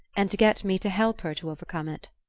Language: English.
and to get me to help her to overcome it.